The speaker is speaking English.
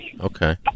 okay